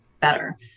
better